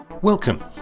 welcome